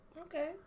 Okay